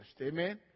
Amen